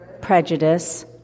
prejudice